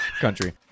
country